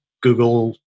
Google